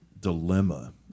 dilemma